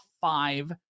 five